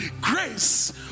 grace